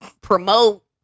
promote